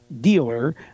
dealer